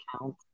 count